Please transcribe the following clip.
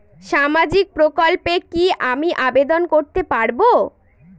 সামাজিক প্রকল্পে কি আমি আবেদন করতে পারবো?